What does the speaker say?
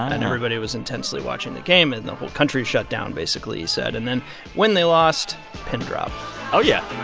and everybody was intensely watching the game, and the whole country shut down, basically, he said. and then when they lost pin drop oh, yeah